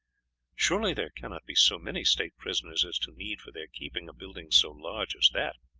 surely there cannot be so many state prisoners as to need for their keeping, a building so large as that.